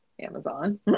amazon